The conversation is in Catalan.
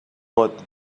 pot